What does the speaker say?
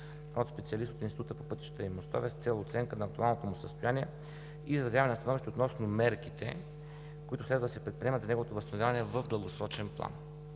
от специалист от Института по пътища и мостове с цел оценка на актуалното му състояние и изразяване на становище относно мерките, които следва да се предприемат за неговото възстановяване в дългосрочен план.